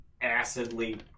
acidly